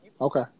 okay